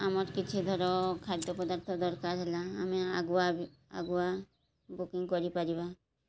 ଆମର କିଛି ଧର ଖାଦ୍ୟ ପଦାର୍ଥ ଦରକାର ହେଲା ଆମେ ଆଗୁଆ ଆଗୁଆ ବୁକିଂ କରିପାରିବା